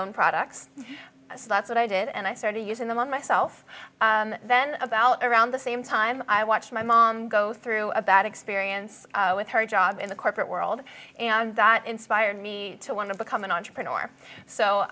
own products so that's what i did and i started using them on myself and then about around the same time i watched my mom go through a bad experience with her job in the corporate world and that inspired me to want to become an entrepreneur so